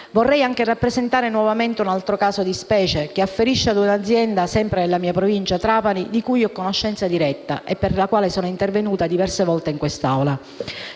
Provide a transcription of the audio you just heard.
Vorrei anche rappresentare nuovamente un altro caso di specie, che afferisce ad un'azienda sempre della mia provincia (Trapani), di cui ho conoscenza diretta e per la quale sono intervenuta diverse volte in quest'Aula.